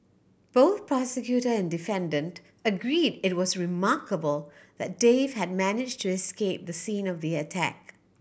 both prosecutor and defendant agreed it was remarkable that Dave had managed to escape the scene of the attack